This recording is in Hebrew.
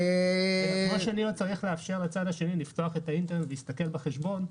כמו שצריך לאפשר לצד השני לפתוח את האינטרנט ולהסתכל בחשבון,